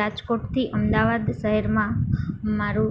રાજકોટથી અમદાવાદ શહેરમાં મારું